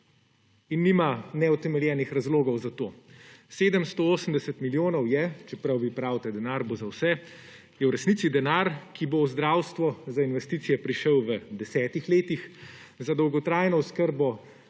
in nima neutemeljenih razlogov za to. 780 milijonov je, čeprav vi pravite, denar bo za vse, je v resnici denar, ki bo v zdravstvo za investicije prišel v 10 letih, za dolgotrajno oskrbo